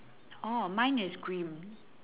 oh mine is green